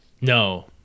No